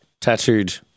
tattooed